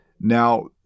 Now